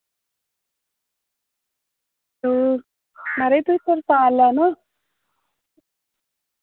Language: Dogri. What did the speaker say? हैलो म्हाराज तुसें तिरपाल लैनां